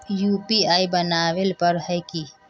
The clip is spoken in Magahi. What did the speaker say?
यु.पी.आई बनावेल पर है की?